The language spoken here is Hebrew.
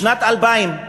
בשנת 2000,